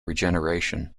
regeneration